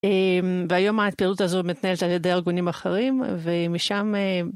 והיום הפעילות הזו מתנהלת על ידי ארגונים אחרים, ומשם...